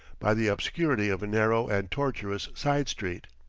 by the obscurity of a narrow and tortuous side street.